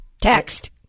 Text